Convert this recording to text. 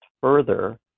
further